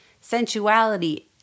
sensuality